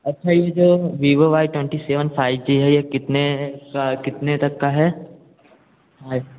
अच्छा ये जो Vivo Y twenty seven five G है ये कितने कितने तक है अच